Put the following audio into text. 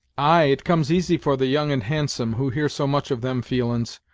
ay, it comes easy for the young and handsome, who hear so much of them feelin's,